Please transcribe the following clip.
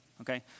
Okay